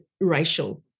racial